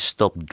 Stop